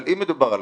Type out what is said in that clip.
אבל אם מדובר על